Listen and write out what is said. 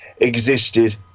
existed